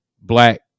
black